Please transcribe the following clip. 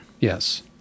Yes